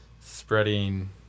spreading